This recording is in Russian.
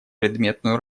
предметную